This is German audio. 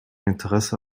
interesse